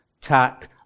tack